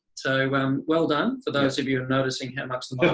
so um well done for those of you noticing how much the